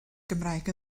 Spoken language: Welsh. gymraeg